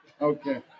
Okay